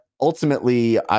ultimately